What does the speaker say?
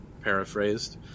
paraphrased